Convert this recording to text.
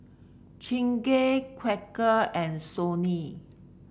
Chingay Quaker and Sony